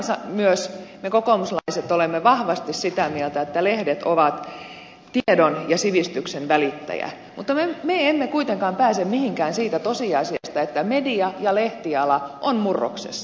aivan myös me kokoomuslaiset olemme vahvasti sitä mieltä että lehdet ovat tiedon ja sivistyksen välittäjä mutta me emme kuitenkaan pääse mihinkään siitä tosiasiasta että media ja lehtiala ovat murroksessa